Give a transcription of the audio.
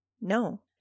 No